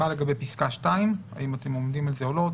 מה לגבי פסקה (2) האם אתם עומדים על זה או לא.